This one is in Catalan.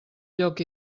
lloc